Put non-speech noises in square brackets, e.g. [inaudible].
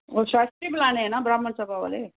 ਉਹ ਸ਼ਾਸ਼ਤਰੀ ਬੁਲਾਉਣੇ ਆ ਨਾ ਬ੍ਰਹਮ [unintelligible] ਵਾਲੇ